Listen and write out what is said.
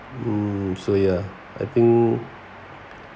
mm so ya I think